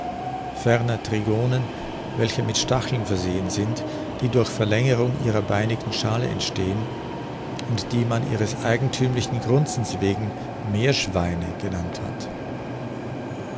trigonen welche mit stacheln versehen sind die durch verlängerung ihrer beinigen schale entstehen und die man ihres eigenthümlichen grunzens wegen meerschweine genannt hat